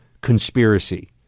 conspiracy